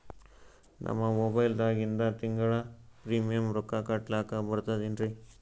ನಮ್ಮ ಮೊಬೈಲದಾಗಿಂದ ತಿಂಗಳ ಪ್ರೀಮಿಯಂ ರೊಕ್ಕ ಕಟ್ಲಕ್ಕ ಬರ್ತದೇನ್ರಿ?